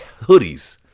hoodies